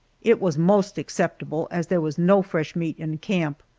it was most acceptable, as there was no fresh meat in camp.